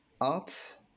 art